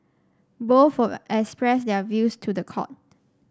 both will express their views to the court